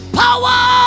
power